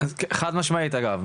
חד משמעית אגב,